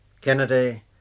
Kennedy